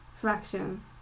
fraction